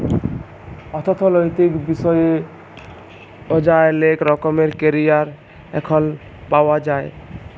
অথ্থলৈতিক বিষয়ে অযায় লেক রকমের ক্যারিয়ার এখল পাউয়া যায়